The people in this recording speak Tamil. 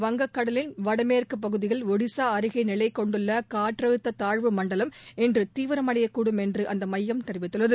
வங்கக்கடலின் வடமேற்கு பகுதியில் ஒடிசா அருகே நிலைகொண்டுள்ள காற்றழுத்த தாழ்வு மண்டலம் இன்று தீவிரமடையக்கூடும் என்று அந்த மையம் தெரிவித்துள்ளது